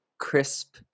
crisp